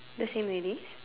the same lady